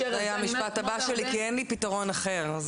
זה היה המשפט הבא שלי, כי אין לי פתרון אחר.